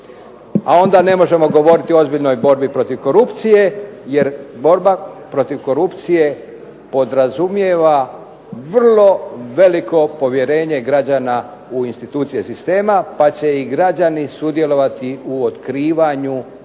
A onda ne možemo govoriti o ozbiljnoj borbi protiv korupcije, jer borba protiv korupcije podrazumijeva vrlo veliko povjerenje građana u institucije sistema, pa će i građani sudjelovati u otkrivanju korupcijskih